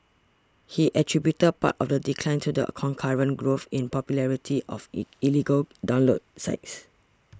he attributed part of the decline to the concurrent growth in popularity of illegal download sites